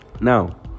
now